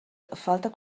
falta